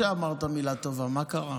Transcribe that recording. טוב שאמרת מילה טובה, מה קרה?